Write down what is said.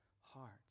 hearts